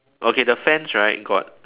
okay the fence right got